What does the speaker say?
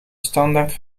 standaard